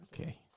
Okay